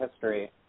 history